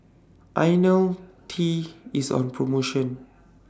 I know T IS on promotion